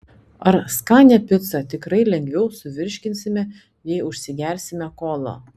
ar skanią picą tikrai lengviau suvirškinsime jei užsigersime kola